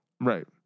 right